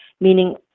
meaning